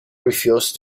refused